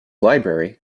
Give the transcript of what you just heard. library